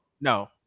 No